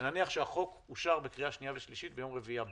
ונניח שהחוק אושר בקריאה שנייה ושלישית ביום רביעי הבא,